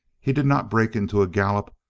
he did not break into a gallop,